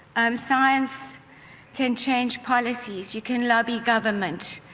um science can change policies, you can lobby government.